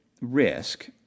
risk